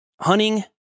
hunting